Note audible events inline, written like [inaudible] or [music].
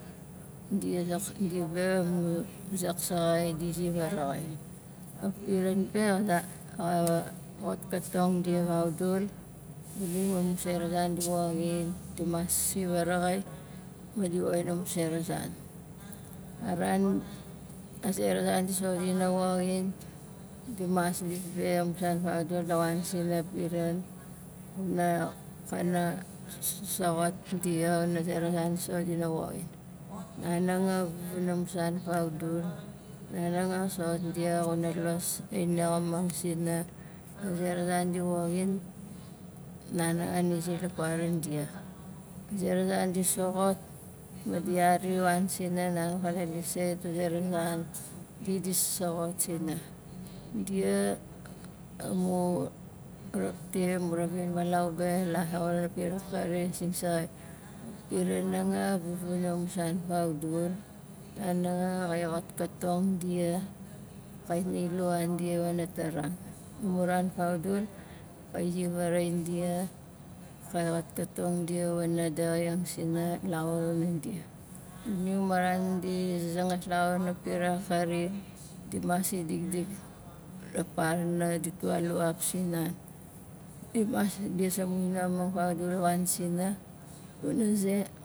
Di zak- dia be amu zaksaxai di ziar vaaraxai a piran be xa- za xa xatkatong dia vaudul [unintelligible] masing ma mun sera zan di woxin di mas si vaaraxai ma di woxin amu sera zan a ran a zera zan di soxot dina woxin di mas lis be amu san fakdul ka wan sina piran kuna kana sa- saxot dia wana zera zan di sot dina woxin nan nanga wana musan faudul nan nanga saxot dia xuna los ainaxamang sina a zera zan di woxin nan nanga xana ziar la paran dia a zera zan di soxot ma di yari wan sina nan kana lis sait amu sera zan di- di soxot sina dia amu rapti ma mu ravin walau be laxur wana pira akari singsaxai a piran nanga a vuvuna musan faudul nan nanga xai xatkatong dia kait nai lua dia wana tarap amu ran faudul kai ziar vaaraxain dia ka xatkatong dia wana daxaing sina laxur wana dia xuning ma ran di zazangas laxur wana pira akari di mas si dikdik la parna ditwa dina lua pizin nan di mas lis amu [unintelligible] wan sina wana ze